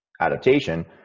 adaptation